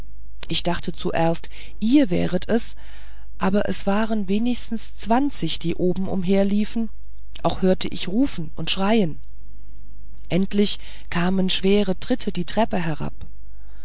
ich dachte zuerst ihr wäret es aber es waren wenigstens zwanzig die oben umherliefen auch hörte ich rufen und schreien endlich kamen schwere tritte die treppe herab